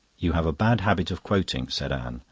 you have a bad habit of quoting, said anne.